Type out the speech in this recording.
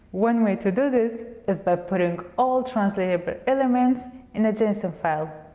one way to do this is by putting all translatable elements in a json so file.